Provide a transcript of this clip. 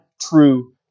true